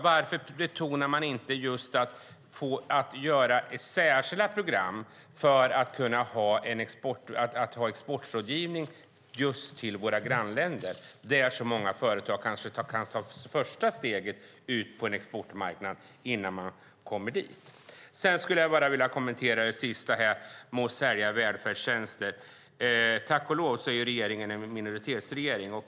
Varför gör man inte särskilda program med exportrådgivning avseende våra grannländer? Där tar ju många företag sitt första steg ut på exportmarknaden. Låt mig också kommentera detta med att sälja välfärdstjänster. Tack och lov är regeringen en minoritetsregering.